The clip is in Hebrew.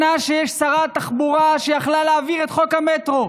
שנה שבה יש שרת תחבורה שיכולה להעביר את חוק המטרו.